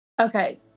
Okay